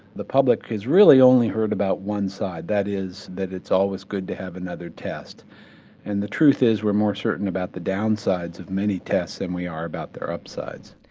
the public has really only heard about one side, that is that it's always good to have another test and the truth is we're more certain about the downsides of many tests than we are about their upsides.